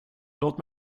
låt